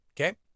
Okay